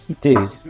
Dude